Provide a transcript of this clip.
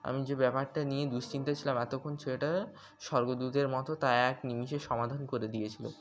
আমি যে ব্যাপারটা নিয়ে দুশ্চিন্তায় ছিলাম এতক্ষণ সেটা স্বর্গদূতের মতো তা এক নিমেষে সমাধান করে দিয়েছিল